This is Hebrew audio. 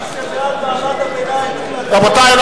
רבותי,